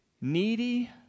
needy